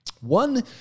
One